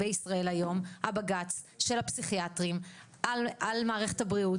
בישראל של היום הבג"ץ של הפסיכיאטרים על מערכת הבריאות,